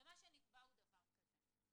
מה שנקבע הוא דבר כזה: